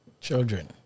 Children